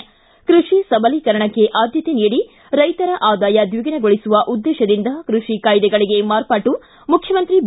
ು ಕೃಷಿ ಸಬಲೀಕರಣಕ್ಕೆ ಆದ್ಯತೆ ನೀಡಿ ರೈತರ ಆದಾಯ ದ್ವಿಗುಣಗೊಳಿಸುವ ಉದ್ದೇಶದಿಂದ ಕೃಷಿ ಕಾಯ್ದೆಗಳಿಗೆ ಮಾರ್ಪಾಟು ಮುಖ್ಯಮಂತ್ರಿ ಬಿ